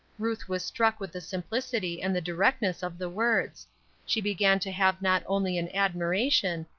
ruth was struck with the simplicity and the directness of the words she began to have not only an admiration,